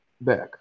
back